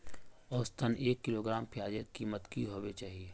औसतन एक किलोग्राम प्याजेर कीमत की होबे चही?